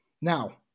Now